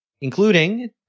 including